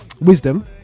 Wisdom